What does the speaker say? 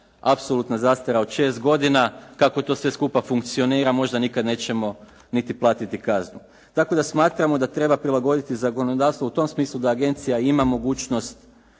apsolutna zastara od 6 godina, kako to sve skupa funkcionira možda nikad nećemo niti platiti kaznu. Tako da smatramo da treba prilagoditi zakonodavstvo u tom smislu da agencija ima mogućnost